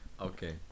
okay